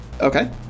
Okay